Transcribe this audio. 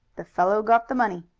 the fellow got the money.